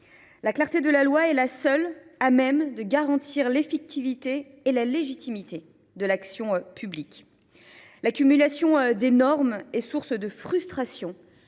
La clarté de la loi est seule à même de garantir l’effectivité et la légitimité de l’action publique. L’accumulation des normes est source de frustrations